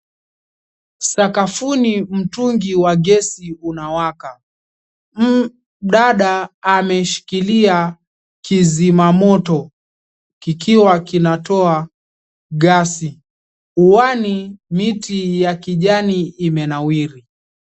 Sakafuni, mtungi wa gesi kunawaka. Mdada ameshikilia kizima moto, kikiwa kinatoa gasi. Uani miti ya kijani imenawiri.